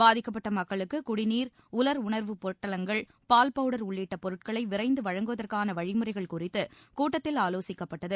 பாதிக்கப்பட்ட மக்களுக்கு குடிநீர் உலர் உணவுப் பொட்டலங்கள் பால் பவுடர் உள்ளிட்ட பொருட்கள் விரைந்து வழங்குவதற்கான வழிமுறைகள் குறித்து கூட்டத்தில் ஆலோசிக்கப்பட்டது